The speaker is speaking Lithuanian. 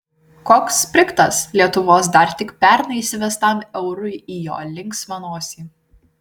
koks sprigtas lietuvos dar tik pernai įsivestam eurui į jo linksmą nosį